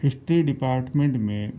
history department میں